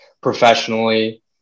professionally